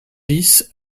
dix